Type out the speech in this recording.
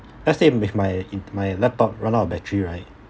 let's say if my if my laptop run out of battery right